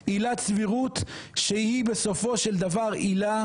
עילת סבירות שהיא בסופו של דבר עילה